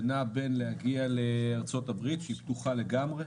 זה נע בין להגיע לארה"ב שהיא פתוחה לגמרי,